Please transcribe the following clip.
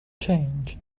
change